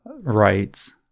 rights